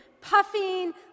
puffing